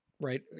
right